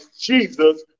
Jesus